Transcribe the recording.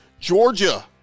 Georgia